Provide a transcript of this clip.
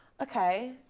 okay